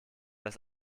das